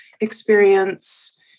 experience